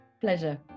pleasure